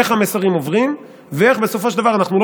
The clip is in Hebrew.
איך המסרים עוברים ואיך בסופו של דבר אנחנו לא